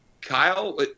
Kyle